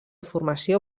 formació